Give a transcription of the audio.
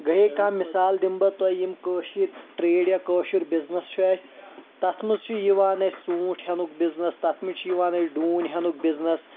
گٔے کانٛہہ مثال دِمہٕ بہٕ تۄہہِ یِم کٲشٕرۍ ٹریڈ یا کٲشُر بِزنس چھُ اسہِ تتھ منٛز چھُ یِوان اسہِ ژوٗنٹھ ہیٚنُک بِزنس تتھ منٛز چھُ یِوان اسہِ ڈونۍ ہیٚنُک بِزنس